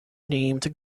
named